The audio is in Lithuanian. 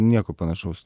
nieko panašaus